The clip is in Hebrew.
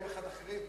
יום אחד אחרים,